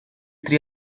three